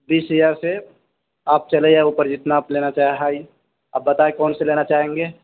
بیس ہزار سے آپ چلے جاؤ اوپر آپ لینا چاہیں ہائی آپ بتائیں کون سا لینا چاہیں گے